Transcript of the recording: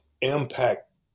impact